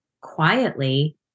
quietly